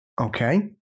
Okay